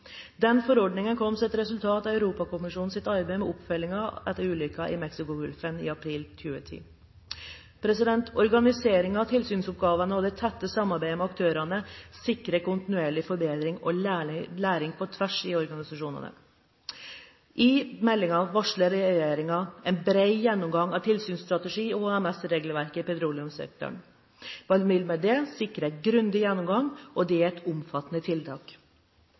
i april 2010. Organiseringen av tilsynsoppgavene og det tette samarbeidet med aktørene sikrer kontinuerlig forbedring og læring på tvers i organisasjonene. I meldingen varsler regjeringen en bred gjennomgang av tilsynsstrategi og HMS-regelverket i petroleumssektoren. Man vil med det sikre en grundig gjennomgang, og det er et omfattende tiltak.